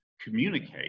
communicate